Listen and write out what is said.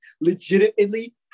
Legitimately